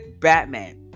Batman